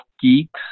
geeks